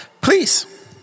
Please